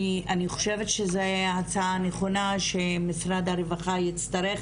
אני חושבת שזאת הצעה נכונה שמשרד הרווחה יצטרך,